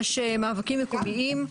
יש מאבקים מקומיים,